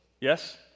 Yes